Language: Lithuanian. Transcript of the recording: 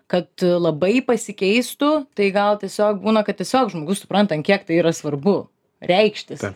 kad labai pasikeistų tai gal tiesiog būna kad tiesiog žmogus supranta ant kiek tai yra svarbu reikštis